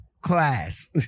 class